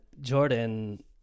Jordan